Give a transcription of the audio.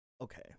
okay